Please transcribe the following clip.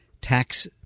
tax